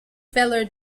velar